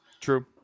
true